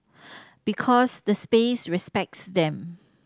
because the space respects them